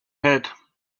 head